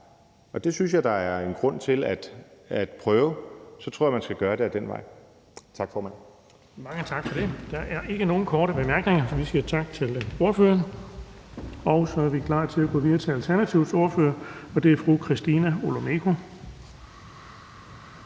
og det synes jeg der er en grund til at prøve, så tror jeg, man skal gøre det ad den vej. Tak, formand. Kl. 15:40 Den fg. formand (Erling Bonnesen): Der er ikke nogen korte bemærkninger, så vi siger tak til ordføreren. Så er vi klar til at gå videre til Alternativets ordfører, og det er fru Christina Olumeko.